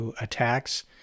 attacks